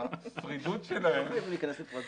השרידות שלהם היא מאוד מאוד גדולה.